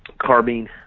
carbine